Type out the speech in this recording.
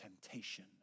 temptation